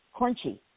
crunchy